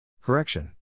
Correction